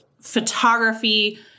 photography